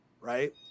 right